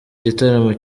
gitaramo